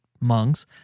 monks